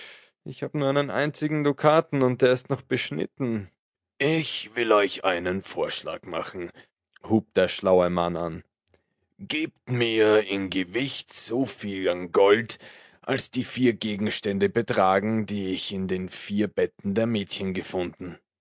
ich hab nur einen einzigen dukaten und der ist noch beschnitten ich will euch einen vorschlag machen hub der schlaue mann an gebt mir in gewicht so viel an gold als die vier gegenstände betragen die ich in den vier betten der mädchen gefunden